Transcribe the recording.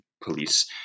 police